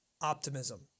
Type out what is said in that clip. optimism